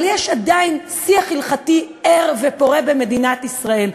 אבל עדיין יש שיח הלכתי ער ופורה במדינת ישראל.